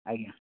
ଆଜ୍ଞା